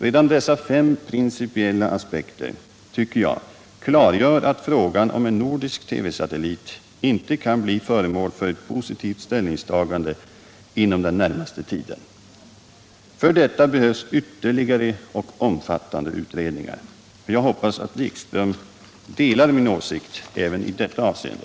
Redan dessa fem principiella aspekter klargör, tycker jag, att frågan om en nordisk TV-satellit inte kan bli föremål för ett positivt ställningstagande inom den närmaste tiden. För detta behövs ytterligare och omfattande utredningar. Jag hoppas att Jan-Erik Wikström delar min åsikt även i detta avseende.